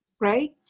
right